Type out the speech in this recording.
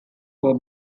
four